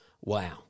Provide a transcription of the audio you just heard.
Wow